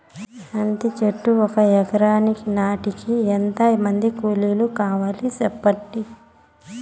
అంటి చెట్లు ఒక ఎకరా నాటేకి ఎంత మంది కూలీలు కావాలి? సెప్పండి?